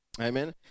Amen